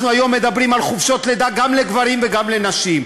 היום אנחנו מדברים על חופשות לידה גם לגברים וגם לנשים,